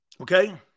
Okay